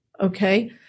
okay